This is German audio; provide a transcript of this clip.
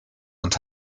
und